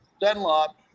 Dunlop